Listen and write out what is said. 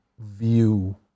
view